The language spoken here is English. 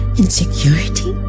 insecurity